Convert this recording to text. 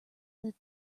that